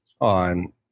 on